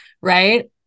right